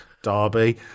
Derby